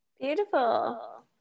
Beautiful